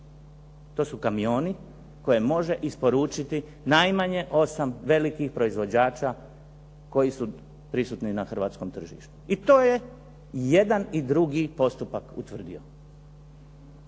To su kamioni koje može isporučiti najmanje 8 velikih proizvođača koji su prisutni na hrvatskom tržištu i to je jedan i drugi postupak utvrdio.